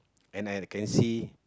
and I can see